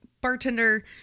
bartender